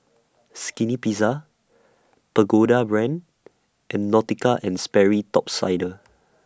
Skinny Pizza Pagoda Brand and Nautica and Sperry Top Sider